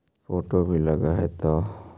Photo भी लग तै?